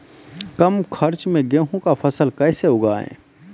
कम खर्च मे गेहूँ का फसल कैसे उगाएं?